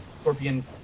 scorpion